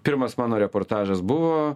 pirmas mano reportažas buvo